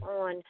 on